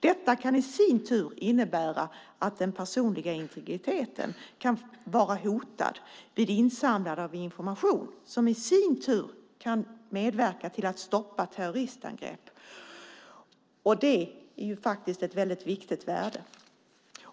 Detta kan i sin tur innebära att den personliga integriteten kan vara hotad vid insamlande av information. Det kan i sin tur medverka till att stoppa terroristangrepp, och det är faktiskt ett väldigt viktigt värde.